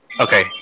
Okay